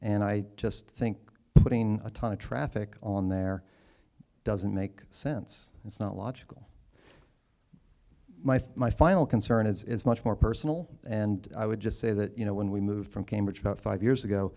and i just think putting a ton of traffic on there doesn't make sense it's not logical my my final concern is much more personal and i would just say that you know when we moved from cambridge about five years ago